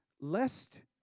lest